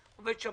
הוא עובד בשב"ס,